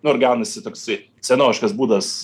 nu ir gaunasi toksai senoviškas būdas